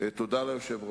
את כל המפעלים